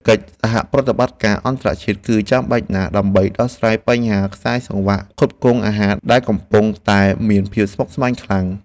កិច្ចសហប្រតិបត្តិការអន្តរជាតិ គឺចាំបាច់ណាស់ដើម្បីដោះស្រាយបញ្ហាខ្សែសង្វាក់ផ្គត់ផ្គង់អាហារដែលកំពុងតែមានភាពស្មុគស្មាញខ្លាំង។